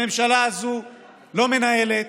הממשלה הזו לא מנהלת,